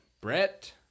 Brett